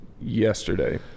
yesterday